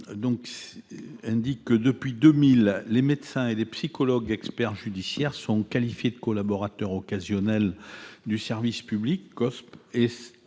Chasseing. Depuis l'an 2000, les médecins et les psychologues experts judiciaires sont qualifiés de collaborateurs occasionnels du service public, ou COSP, et